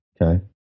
Okay